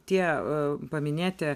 tie paminėti